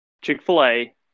Chick-fil-A